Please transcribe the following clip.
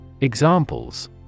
Examples